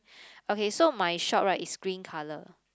okay so my shop right is green colour